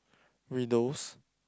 Widows